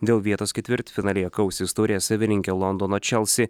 dėl vietos ketvirtfinalyje kausis taurės savininkė londono chelsea